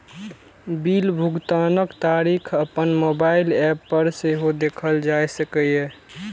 bill भुगतानक तारीख अपन मोबाइल एप पर सेहो देखल जा सकैए